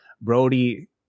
Brody